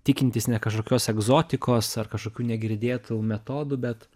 tikintis ne kažkokios egzotikos ar kažkokių negirdėtų metodų bet